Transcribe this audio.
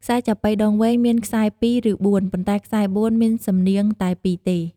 ខ្សែចាប៉ីដងវែងមានខ្សែ២ ឬ៤ ប៉ុន្ដែខ្សែ ៤ មានសំនៀងតែ ២ ទេ។